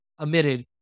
emitted